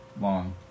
long